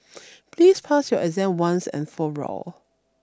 please pass your exam once and for all